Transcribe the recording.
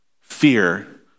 fear